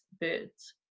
birds